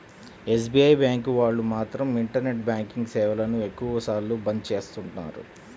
SBI bank వాళ్ళు మాత్రం internet banking సేవలను ఎక్కువ సార్లు బంద్ చేస్తున్నారు